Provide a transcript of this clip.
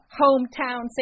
hometown